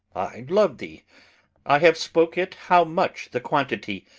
i love thee i have spoke it. how much the quantity,